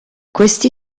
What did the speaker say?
questi